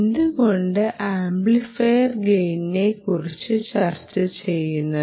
എന്തുകൊണ്ട് ആംപ്ലിഫയർ ഗെയിനിനെക്കുറിച്ച് ചർച്ച ചെയ്യുന്നത്